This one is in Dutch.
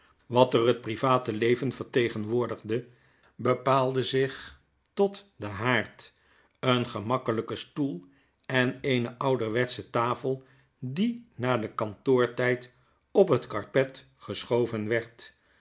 wat er het private leven vertegenwoordigde bepaalde zich tot den haard een gemakkelyken stoel en eene ouderwetsche tafel die na den kantoortijd op het karpet geschoven werd